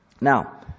Now